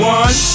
one